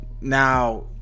Now